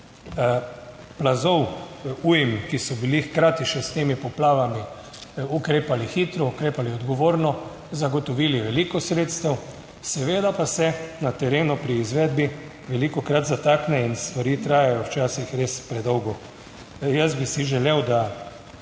plazov, ujm, ki so bili hkrati še s temi poplavami, ukrepali hitro, ukrepali odgovorno, zagotovili veliko sredstev, seveda pa se na terenu pri izvedbi velikokrat zatakne in stvari trajajo včasih res predolgo. Jaz bi si želel, da